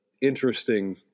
interesting